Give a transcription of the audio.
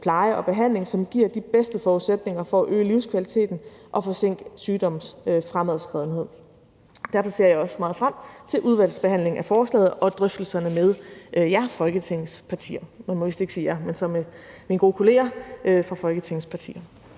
pleje og behandling, da det giver de bedste forudsætninger for at øge livskvaliteten og forsinke sygdommens fremadskriden. Derfor ser jeg også meget frem til udvalgsbehandlingen af forslaget og drøftelserne med jer eller rettere mine gode kolleger fra Folketingets partier,